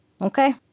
Okay